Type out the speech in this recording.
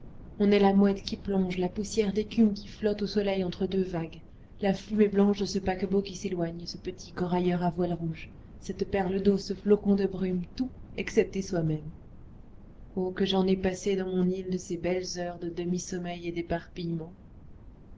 on est la mouette qui plonge la poussière d'écume qui flotte au soleil entre deux vagues la fumée blanche de ce paquebot qui s'éloigne ce petit corailleur à voile rouge cette perle d'eau ce flocon de brume tout excepté soi-même oh que j'en ai passé dans mon île de ces belles heures de demi-sommeil et d'éparpillement